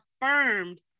affirmed